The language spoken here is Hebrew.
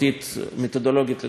מתודולוגית לגבי אותו מחקר.